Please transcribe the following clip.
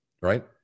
Right